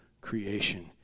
creation